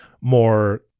more